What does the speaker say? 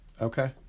Okay